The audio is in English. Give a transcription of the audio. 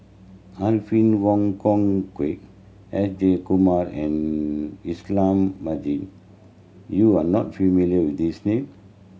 Alfred Wong Hong Kwok S Jayakumar and Ismail Marjan you are not familiar with these name